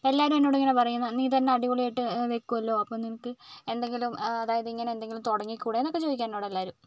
അപ്പം എല്ലാവരും എന്നോടിങ്ങനെ പറയും നീ തന്നെ അടിപൊളിയായിട്ട് വയ്ക്കുവല്ലോ അപ്പം നിനക്ക് എന്തെങ്കിലും അതായത് ഇങ്ങനെ എന്തെങ്കിലും തുടങ്ങിക്കൂടേ എന്നൊക്കെ ചോദിക്കും എന്നോട് എല്ലാവരും